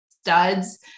studs